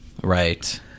Right